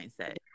mindset